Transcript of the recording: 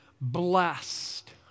Blessed